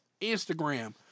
Instagram